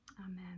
Amen